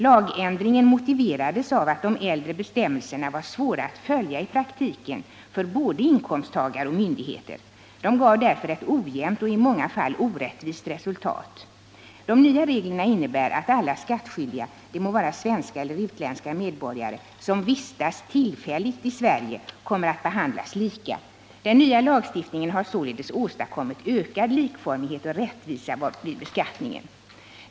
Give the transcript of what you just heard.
Lagändringen motiverades av att de äldre bestämmelserna var svåra att följa i praktiken för både inkomsttagare och myndigheter. De gav därför ett ojämnt och i många fall orättvist resultat. De nya reglerna innebär att alla skattskyldiga — det må vara svenska eller utländska medborgare — som vistas tillfälligt i Sverige kommer att behandlas lika. Den nya lagstiftningen har således åstadkommit ökad likformighet och rättvisa vid beskattningen.